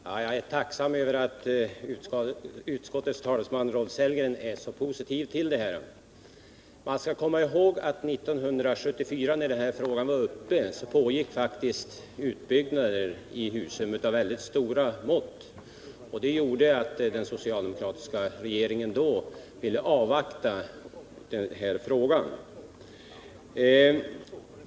Herr talman! Jag är tacksam för att utskottets talesman Rolf Sellgren är så positiv till denna utbyggnad. Man skall komma ihåg att 1974, då denna fråga senast var uppe, pågick byggnationer av stora mått i Husum. Den dåvarande socialdemokratiska regeringen ville därför avvakta.